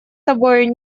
тобою